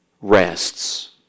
rests